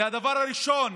זה הדבר הראשון